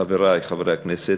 חברי חברי הכנסת,